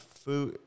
food